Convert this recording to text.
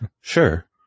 Sure